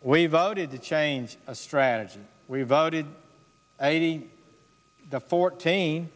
we voted to change a strategy we voted eighty fourteen